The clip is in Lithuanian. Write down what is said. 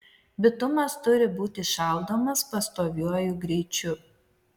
bitumas turi būti šaldomas pastoviuoju greičiu